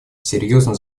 серьезно